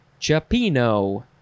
Chapino